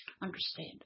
understand